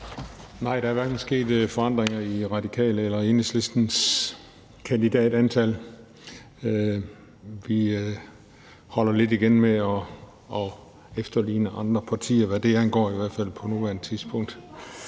Nej, der er hverken sket forandringer i De Radikales eller Enhedslistens mandatantal. Vi holder lidt igen med at efterligne andre partier, hvad det angår – i hvert fald på nuværende tidspunkt.